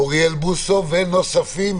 אוריאל בוסו ונוספים.